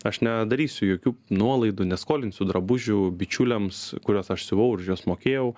aš nedarysiu jokių nuolaidų neskolinsiu drabužių bičiuliams kuriuos aš siuvau ir už juos mokėjau